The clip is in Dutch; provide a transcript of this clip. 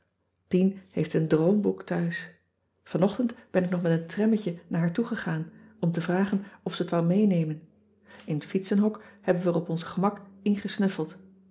pien heeft een droomboek thuis vanochtend ben ik nog met een trammetje naar haar toegegaan om te vragen of ze t wou meenemen in t fietsenhok hebben wij er op ons gemak in